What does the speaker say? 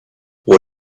what